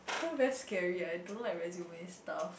very scary eh I don't know like resume stuff